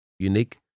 Unique